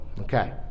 okay